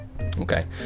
Okay